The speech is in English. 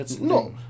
No